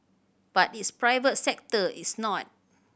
but its private sector is not